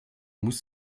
muss